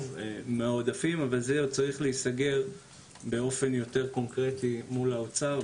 זה עוד צריך להיסגר באופן יותר קונקרטי מול האוצר.